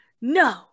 no